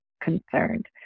concerned